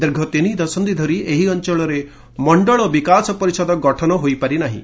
ଦୀର୍ଘ ତିନି ଦଶନ୍ଧି ଧରି ଏହି ଅଞ୍ଚଳରେ ମଣ୍ଡଳ ବିକାଶ ପରିଷଦ ଗଠନ ହୋଇପାରି ନାହିଁ